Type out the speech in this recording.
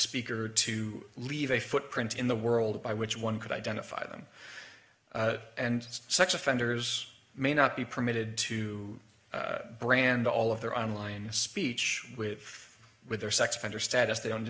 speaker to leave a footprint in the world by which one could identify them and sex offenders may not be permitted to brand all of their online speech with with their sex offender status they